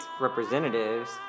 representatives